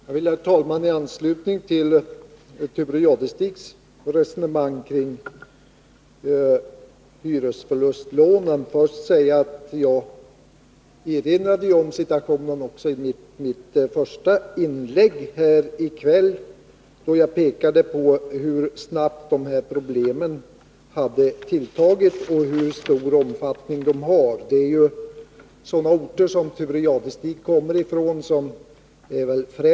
Herr talman! Jag vill i anslutning till Thure Jadestigs resonemang kring hyresförlustlånen först säga att också jag erinrade om situationen, då jag i mitt första inlägg här i kväll pekade på hur snabbt dessa problem tilltagit och på den stora omfattning som de har. Det är i första hand sådana orter som den Thure Jadestig kommer ifrån som drabbas.